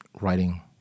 writing